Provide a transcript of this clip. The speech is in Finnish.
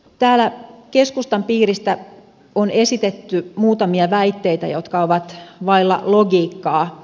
täällä keskustan piiristä on esitetty muutamia väitteitä jotka ovat vailla logiikkaa